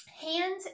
Hands